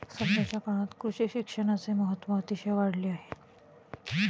सध्याच्या काळात कृषी शिक्षणाचे महत्त्व अतिशय वाढले आहे